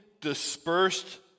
dispersed